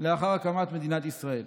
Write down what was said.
לאחר הקמת מדינת ישראל.